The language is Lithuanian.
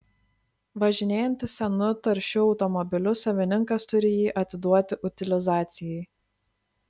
važinėjantis senu taršiu automobiliu savininkas turi jį atiduoti utilizacijai